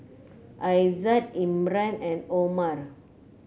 Aizat Imran and Omar